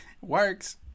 works